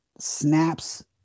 snaps